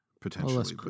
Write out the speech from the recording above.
potentially